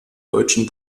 deutschen